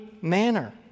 manner